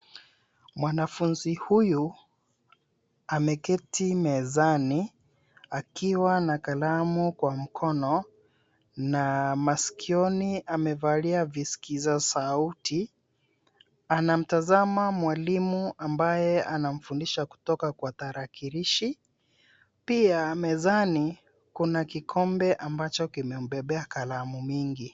Mwanafunsi huyu ameketi mezani akiwa na kalamu kwa mkono naa maskioni amevalia viskiza sauti. Anamtazama mwalimu ambaye anamfunisha kutoka kwa tarakilishi, pia mezani kuna kikombe ambacho kimembebea kalamu mingi.